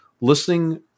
listening